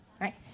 Right